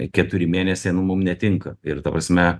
keturi mėnesiai nu mum netinka ir ta prasme